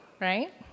right